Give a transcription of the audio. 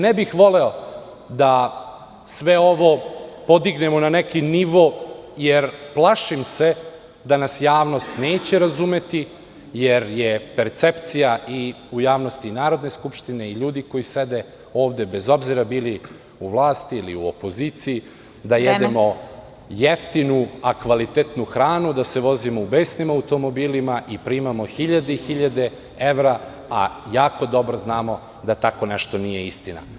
Ne bih voleo da sve ovo podignemo na neki nivo, jer plašim se da nas javnost neće razumeti, jer je percepcija i u javnosti Narodne skupštine i ljudi koji sede ovde, bez obzira bili u vlasti ili u opoziciji, da jedemo jeftinu a kvalitetnu hranu, da se vozimo u besnim automobilima i primamo hiljade i hiljade evra, a jako dobro znamo da tako nešto nije istina.